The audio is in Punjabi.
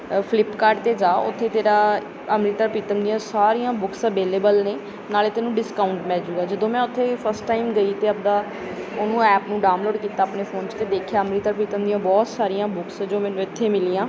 ਫਲਿੱਪਕਾਰਟ 'ਤੇ ਜਾ ਉੱਥੇ ਤੇਰਾ ਅੰਮ੍ਰਿਤਾ ਪ੍ਰੀਤਮ ਦੀਆਂ ਸਾਰੀਆਂ ਬੁੱਕਸ ਅਵੇਲੇਬਲ ਨੇ ਨਾਲੇ ਤੈਨੂੰ ਡਿਸਕਾਊਂਟ ਮਿਲ ਜਾਊਗਾ ਜਦੋਂ ਮੈਂ ਉੱਥੇ ਫਸਟ ਟਾਈਮ ਗਈ ਅਤੇ ਆਪਦਾ ਉਹਨੂੰ ਐਪ ਨੂੰ ਡਾਊਨਲੋਡ ਕੀਤਾ ਆਪਣੇ ਫੋਨ 'ਚ ਤਾਂ ਦੇਖਿਆ ਅੰਮ੍ਰਿਤਾ ਪ੍ਰੀਤਮ ਦੀਆਂ ਬਹੁਤ ਸਾਰੀਆਂ ਬੁੱਕਸ ਜੋ ਮੈਨੂੰ ਇੱਥੇ ਮਿਲੀਆਂ